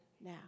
now